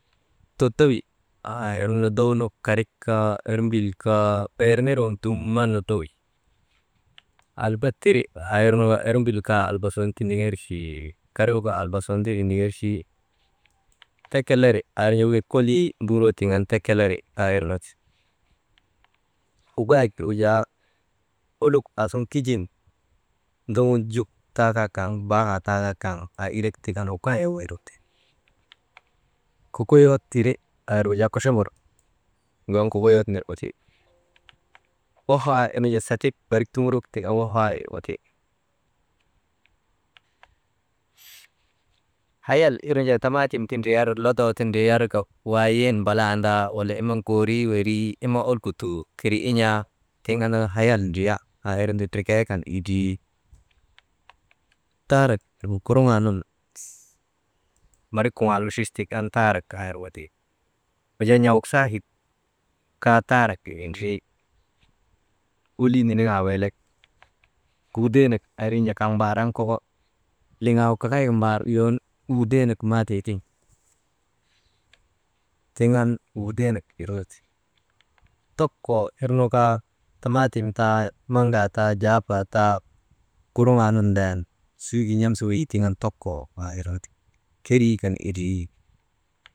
Todowi aa irnu nodownu karik kaa ermbil kaa, beer nir waŋ dumnan nodowyi, alba tiri aa irnu ermbil gu kaa alba sun tindiŋerchi, karik gu kaa alba sun ti windiŋerchi, tekeleri aa irnu jaa wekit kolii tunduŋuroo tiŋ aandaka tekeleri aa irnu ti, hugaayek aa ir gu jaa kuluk aa suŋun juk taa kaa kam baaka taa kaa kam aa irek tik an hugaayek irgu ti, kokoyot tiri aa irgu jaa kochombor gu an kokoyot nirgu ti Wafaa irnu satik barik tuŋurok tik an Wafaa irgu ti, hayal irnu tamaatim ti ndriyar lodoo ti ndriyar, wayii mbalandaa wala iman guuriiwerii, wala olkutuu keri in̰aa tiŋ andaka hayal ndriya aa irnu ti ndrekee kan indrii, taarak irgu kuruŋaa nun barik kuŋaal uchuch tik an taarak aa irgu ti, wujaa n̰awuk saakit taa kaa taarak indrii, kolii niniŋaa weelek, ŋuŋudeenak aa orŋoo nu jaa kaŋ mbaar an koko liŋaagu kakayka mbaar uyoonu ŋudeenak maa tee tiŋ, tiŋ an ŋudeenak irnu ti, tokkoo irnu kaa tamaatim taa, maŋaa taa jafaa taa kurŋaa nun ndayan suugin n̰amsa weyii tiŋ an tokoo aa irnu ti kerii kan indrii.